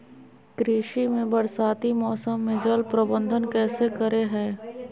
कृषि में बरसाती मौसम में जल प्रबंधन कैसे करे हैय?